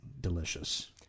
delicious